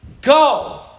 go